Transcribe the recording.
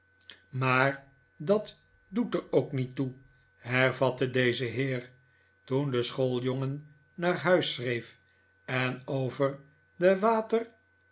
maar dat doet er ook niet toe hervatte deze heer toen de schooljongen naar huis schreef en over de water en melk